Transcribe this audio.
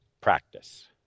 practice